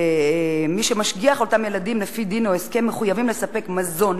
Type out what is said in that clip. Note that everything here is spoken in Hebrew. ומי שמשגיח על אותם ילדים לפי דין או הסכם מחויב לספק מזון,